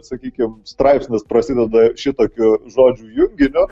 sakykim straipsnis prasideda šitokiu žodžių junginiu